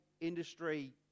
industry